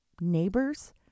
neighbors